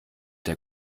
der